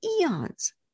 eons